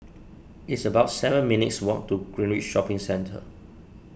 it's about seven minutes' walk to Greenridge Shopping Centre